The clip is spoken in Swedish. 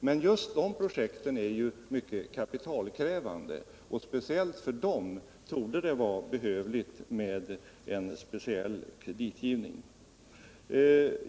Men just de projekten är ju mycket kapitalkrävande, och särskilt för dem torde det vara behövligt med en speciell kreditgivning.